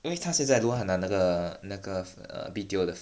因为他现在如果拿那个那个 err B_T_O 的